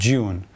June